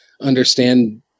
understand